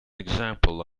example